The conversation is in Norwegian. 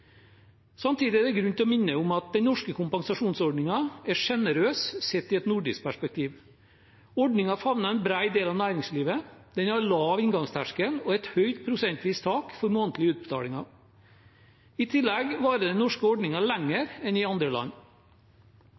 Samtidig er det grunn til å minne om at den norske kompensasjonsordningen er sjenerøs sett i et nordisk perspektiv. Ordningen favner en bred del av næringslivet, og den har en lav inngangsterskel og et høyt prosentvis tak for månedlige utbetalinger. I tillegg varer den norske ordningen lenger enn i andre land.